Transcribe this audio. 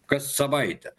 kas savaitę